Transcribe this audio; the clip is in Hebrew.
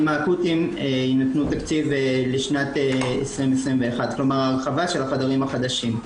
אקוטיים יינתן תקציב לשנת 2021. כלומר ההרחבה של החדרים החדשים.